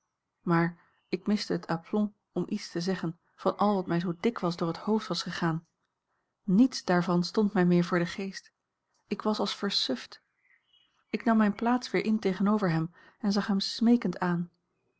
maar ik miste het aplomb om iets te zeggen van al wat mij zoo dikwijls door het hoofd was gegaan niets daarvan stond mij meer voor den geest ik was als versuft ik nam mijne plaats weer in tegenover hem en zag hem smeekend aan